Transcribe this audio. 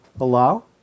allow